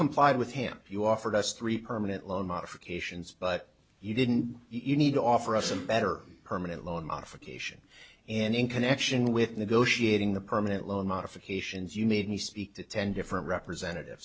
complied with him you offered us three permanent loan modifications but you didn't you need to offer us a better permanent loan modification and in connection with negotiating the permanent loan modifications you need me speak to ten different representative